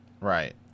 Right